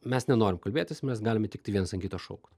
mes nenorim kalbėtis mes galime tiktai vienas ant kito šaukt